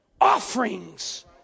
offerings